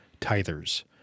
tithers